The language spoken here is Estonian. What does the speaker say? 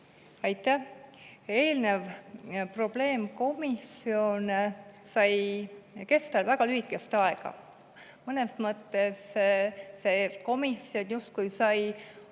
Aitäh! Eelmine probleemkomisjon sai kesta väga lühikest aega. Mõnes mõttes see komisjon justkui sai